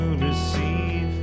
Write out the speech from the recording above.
receive